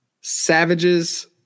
savages